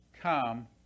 Come